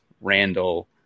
Randall